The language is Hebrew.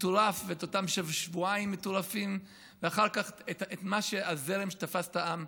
מטורף ואת אותם שבועיים מטורפים ואחר כך את הזרם שתפס את העם.